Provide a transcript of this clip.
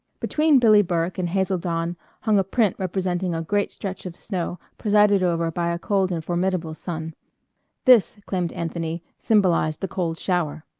between billie burke and hazel dawn hung a print representing a great stretch of snow presided over by a cold and formidable sun this, claimed anthony, symbolized the cold shower.